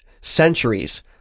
centuries